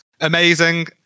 amazing